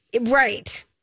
Right